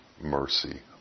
mercy